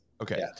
okay